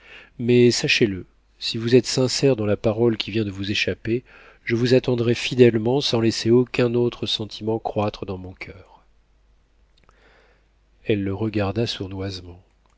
mais sachez-le si vous êtes sincère dans la parole qui vient de vous échapper je vous attendrai fidèlement sans laisser aucun autre sentiment croître dans mon coeur elle le regarda sournoisement